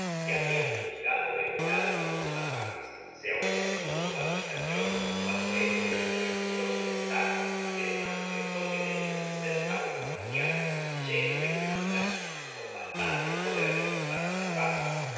que habian juzgado devorado por los salvajes se aumentó su admiracion cuando este les refirio su mensaje y les manifestó que tenjan cerca á un cristiano lleno de homanidad y con bastante poder para salvarlos